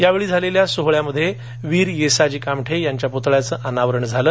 यावेळी झालेल्या सोहळ्यामध्ये वीर येसाजी कामठे यांच्या पुतळ्याचे अनावरण झाले